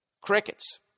Crickets